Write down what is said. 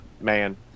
man